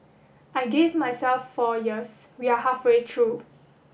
I gave myself four years we are halfway through